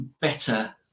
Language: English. better